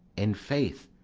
in faith,